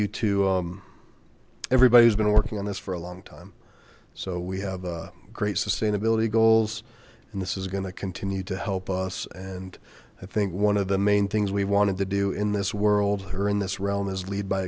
you to everybody who's been working on this for a long time so we have great sustainability goals and this is going to continue to help us and i think one of the main things we wanted to do in this world or in this realm is lead by